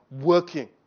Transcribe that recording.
working